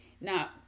Now